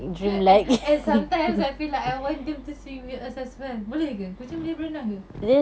and and sometimes I feel like I want them to swim with us as well boleh ke kucing boleh berenang ke